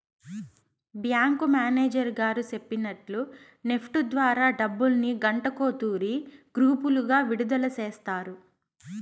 bank manager గారు సెప్పినట్టు NEFT ద్వారా డబ్బుల్ని గంటకో తూరి గ్రూపులుగా విడదల సేస్తారు